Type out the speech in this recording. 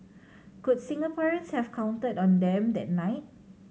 could Singaporeans have counted on them that night